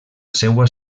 seua